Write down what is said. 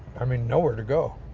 i mean nowhere to go.